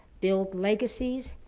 build legacies,